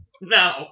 No